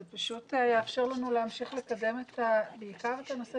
זה פשוט יאפשר לנו להמשיך לקדם בעיקר את הנושא